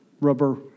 rubber